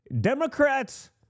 Democrats